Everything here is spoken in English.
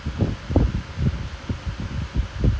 I mean I mean first Chelsea பார்க்க போறியா:paarkka poriyaa